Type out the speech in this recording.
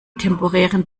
temporären